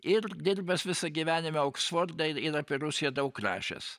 ir dirbęs visą gyvenimą oksforde ir apie rusiją daug rašęs